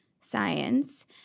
science